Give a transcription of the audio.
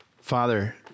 Father